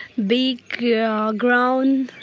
big yeah ground,